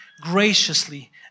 graciously